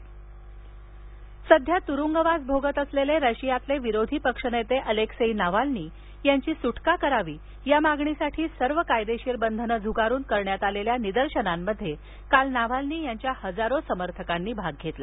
Russia निदर्शने सध्या तुरुंगवास भोगत असलेले रशियातले विरोधी पक्षनेते अलेक्सेई नावाल्नी यांची सुटका करावी या मागणीसाठी सर्व कायदेशीर बंधनं झुगारून करण्यात आलेल्या निदर्शनांमध्ये काल नाव्हाल्नी यांच्या हजारो समर्थकांनी भाग घेतला